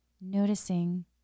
Noticing